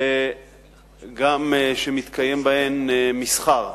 וגם שמתקיים בהן מסחר.